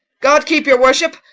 god keep your worship!